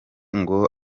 ngo